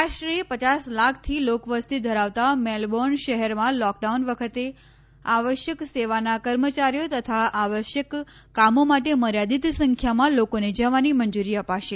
આશરે પયાસ લાખથી લોકવસ્તી ધરાવતા મેલબોર્ન શહેરમાં લોકડાઉન વખતે આવશ્યક સેવાનાં કર્મચારીઓ તથા આવશ્યક કામો માટે મર્યાદિત સંખ્યામાં લોકોને જવાની મંજૂરી અપાશે